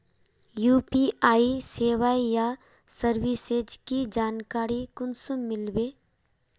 UPI सेवाएँ या services की जानकारी कुंसम मिलबे?